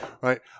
Right